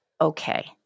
okay